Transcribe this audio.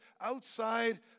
outside